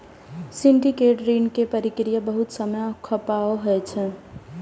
syndicate ऋण के प्रक्रिया बहुत समय खपाऊ होइ छै